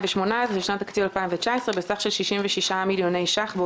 2018 לשנת התקציב 2019 בסך של 66 מיליוני שקלים,